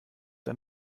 der